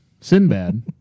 Sinbad